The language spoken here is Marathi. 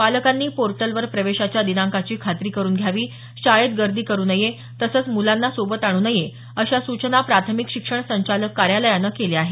पालकांनी पोर्टलवर प्रवेशाच्या दिनांकाची खात्री करून घ्यावी शाळेत गर्दी करू नये तसंच मुलांना सोबत आणू नये अशा सूचना प्राथमिक शिक्षण संचालक कार्यालयानं केल्या आहेत